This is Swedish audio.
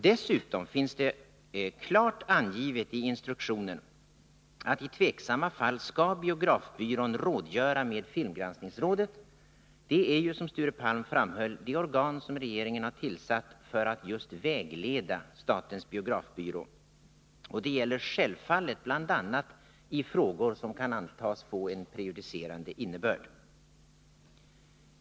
Dessutom finns det klart angivet i instruktionen att i tveksamma fall skall biografbyrån rådgöra med filmgranskningsrådet. Det är ju, som Sture Palm framhöll, det organ som regeringen har tillsatt för att just vägleda statens biografbyrå. Det gäller självfallet bl.a. i frågor som kan antas få en prejudicerande innebörd.